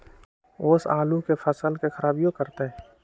ओस आलू के फसल के खराबियों करतै?